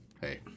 hey